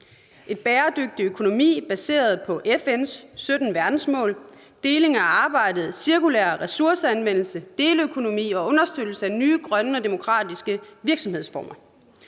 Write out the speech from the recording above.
En bæredygtig økonomi baseret på FN's 17 verdensmål – deling af arbejdet, cirkulær ressourceanvendelse, deleøkonomi og understøttelse af nye grønne og demokratiske virksomhedsformer.